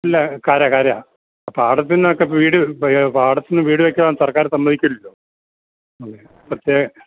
ഇല്ല കര കര പാടത്തിൽ നിന്നൊക്കെ വീട് പാടത്തിൽ ഒന്നും വീട് വെക്കാൻ സർക്കാർ ര് സമ്മതിക്കില്ലല്ലോ മ്മ് പ്രത്യേക